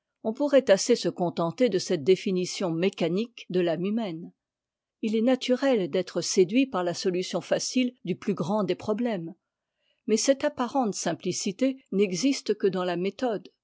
on pourrait assez se contenter de cette définition mécanique de l'âme humaine h est naturel d'être séduit par la solution facile du plus grand des problèmes mais cette apparente simplicité n'existe que dans la méthode